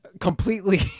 completely